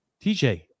TJ